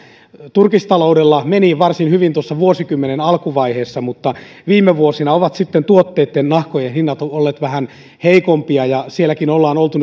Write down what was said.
turkistaloudella meni varsin hyvin vuosikymmenen alkuvaiheessa mutta viime vuosina ovat tuotteitten nahkojen hinnat olleet vähän heikompia ja sielläkin ollaan oltu